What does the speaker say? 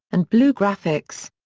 and blue graphics.